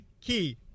Key